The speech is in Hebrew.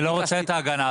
אני לא רוצה את ההגנה הזאת.